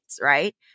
Right